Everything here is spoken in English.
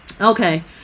okay